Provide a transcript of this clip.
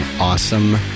awesome